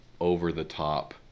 over-the-top